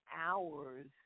hours